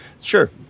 Sure